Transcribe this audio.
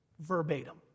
verbatim